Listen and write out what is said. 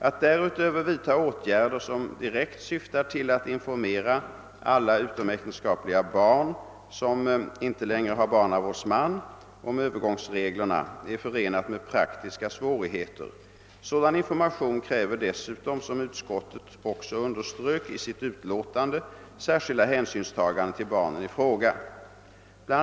Att därutöver vidta åtgärder som direkt syftar till att informera alla utomäktenskapliga barn, som inte längre har barnavårdsman, om Öövergångsreglerna är förenat med praktiska svårigheter. Sådan information kräver dessutom, som utskottet också underströk i sitt utlåtande, särskilda hänsynstaganden till: barnen i fråga. Bl.